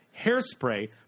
Hairspray